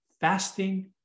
fasting